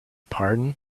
pardon